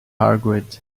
argued